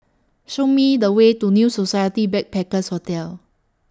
Show Me The Way to New Society Backpackers' Hotel